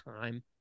time